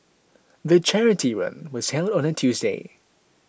the charity run was held on a Tuesday